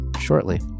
shortly